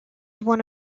one